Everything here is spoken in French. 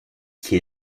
qui